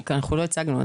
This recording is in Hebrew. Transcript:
עוד לא הצגנו.